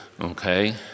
Okay